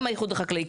גם האיחוד החקלאי,